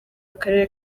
akarere